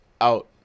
out